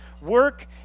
Work